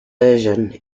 version